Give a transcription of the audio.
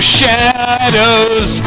shadows